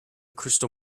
crystal